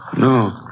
No